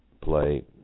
play